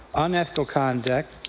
unethical conduct,